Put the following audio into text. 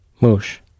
Mush